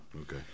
Okay